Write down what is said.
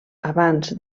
abans